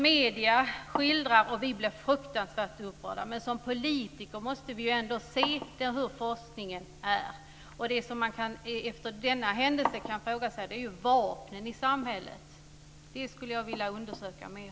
Medierna skildrar och vi blir fruktansvärt upprörda. Men som politiker måste vi ändå se hur forskningen är. Det som man efter denna händelse kan ifrågasätta är vapnen i samhället. Det skulle jag vilja undersöka mer.